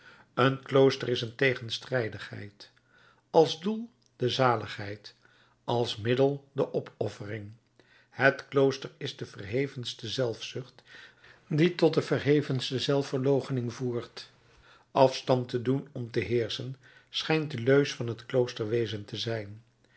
een klooster is een tegenstrijdigheid als doel de zaligheid als middel de opoffering het klooster is de verhevenste zelfzucht die tot de verhevenste zelfverloochening voert afstand te doen om te heerschen schijnt de leus van het kloosterwezen te zijn